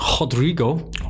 Rodrigo